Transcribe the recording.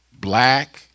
black